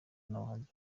n’abahanzi